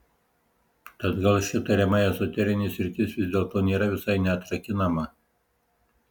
tad gal ši tariamai ezoterinė sritis vis dėlto nėra visai neatrakinama